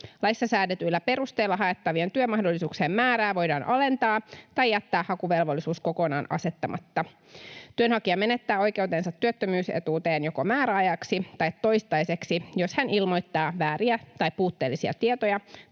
Laissa säädetyillä perusteilla haettavien työmahdollisuuksien määrää voidaan alentaa tai jättää hakuvelvollisuus kokonaan asettamatta. Työnhakija menettää oikeutensa työttömyysetuuteen joko määräajaksi tai toistaiseksi, jos hän ilmoittaa vääriä tai puutteellisia tietoja